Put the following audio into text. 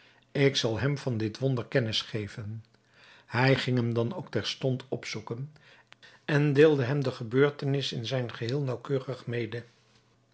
ik zal hem van dit wonder kennis geven hij ging hem dan ook terstond opzoeken en deelde hem de gebeurtenis in zijn geheel naauwkeurig mede